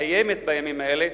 מקיימת בימים אלה,